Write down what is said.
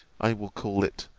i will call it,